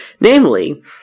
Namely